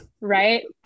right